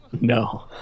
No